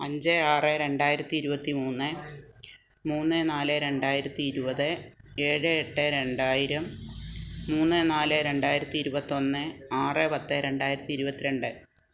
അഞ്ച് ആറ് രണ്ടായിരത്തി ഇരുപത്തി മൂന്ന് മൂന്ന് നാല് രണ്ടായിരത്തി ഇരുപത് ഏഴ് എട്ട് രണ്ടായിരം മൂന്ന് നാല് രണ്ടായിരത്തി ഇരുപത്തൊന്ന് ആറ് പത്ത് രണ്ടായിരത്തി ഇരുപത്തിരണ്ട്